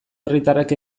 herritarrak